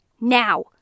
now